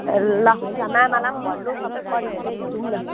ए ल हुन्छ मामालाई पनि भन्नु सबै परिवारै जाउँ न